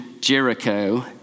Jericho